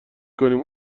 کنیم